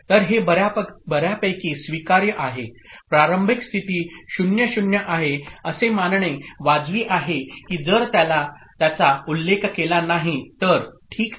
तर हे बर्यापैकी स्वीकार्य आहे प्रारंभिक स्थिती 0 0 आहे असे मानणे वाजवी आहे की जर त्याचा उल्लेख केला नाही तर ठीक आहे